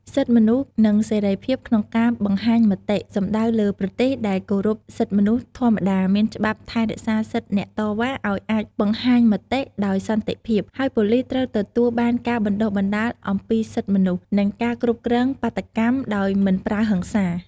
សិទ្ធិមនុស្ស និងសេរីភាពក្នុងការបង្ហាញមតិ សំដៅលើប្រទេសដែលគោរពសិទ្ធិមនុស្សធម្មតាមានច្បាប់ថែរក្សាសិទ្ធិអ្នកតវ៉ាឲ្យអាចបង្ហាញមតិដោយសន្តិភាព ហើយប៉ូលីសត្រូវទទួលបានការបណ្តុះបណ្តាលអំពីសិទ្ធិមនុស្ស និងការគ្រប់គ្រងបាតុកម្មដោយមិនប្រើហិង្សា។